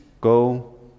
go